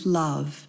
love